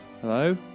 Hello